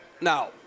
now